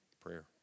prayer